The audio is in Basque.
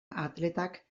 atletak